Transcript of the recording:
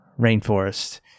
rainforest